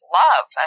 love